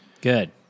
Good